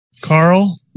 Carl